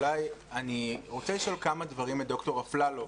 אני רוצה לשאול כמה דברים את ד"ר אפללו,